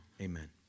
Amen